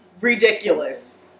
Ridiculous